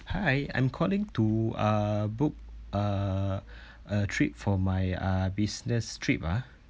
hi I'm calling to uh book uh a trip for my uh business trip ah